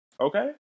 Okay